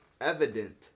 evident